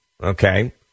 okay